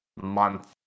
month